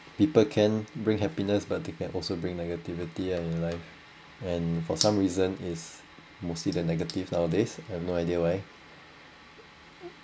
people can bring happiness but they can also bring negativity ah in life and for some reason is mostly the negative nowadays I've no idea why